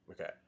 Okay